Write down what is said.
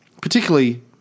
particularly